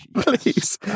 please